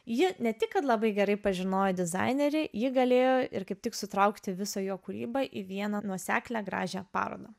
ji ne tik kad labai gerai pažinojo dizainerį ji galėjo ir kaip tik sutraukti visą jo kūrybą į vieną nuoseklią gražią parodą